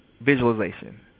visualization